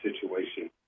situation